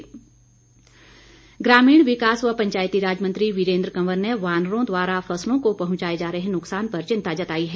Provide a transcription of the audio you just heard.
वीरेन्द्र कंवर ग्रामीण विकास व पंचायतीराज मंत्री वीरेन्द्र कंवर ने वानरों द्वारा फसलों को पहुंचाए जा रहे नुकसान पर चिंता जताई है